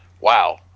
wow